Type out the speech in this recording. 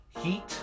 Heat